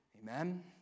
Amen